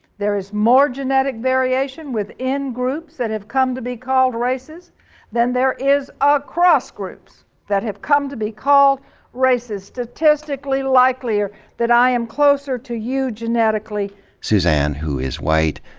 there is more genetic variation with in groups that have come to be called races than there is ah across groups that have come to be called races. statistically like lier that i am closer to you genetically suzanne, who is wh